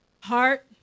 Heart